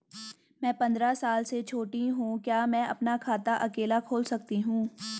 मैं पंद्रह साल से छोटी हूँ क्या मैं अपना खाता अकेला खोल सकती हूँ?